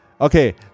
Okay